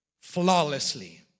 flawlessly